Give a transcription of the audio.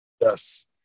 Yes